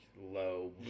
low